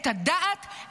את הדעת,